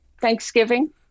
thanksgiving